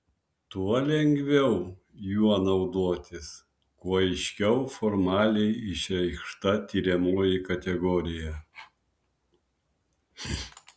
tuo lengviau juo naudotis kuo aiškiau formaliai išreikšta tiriamoji kategorija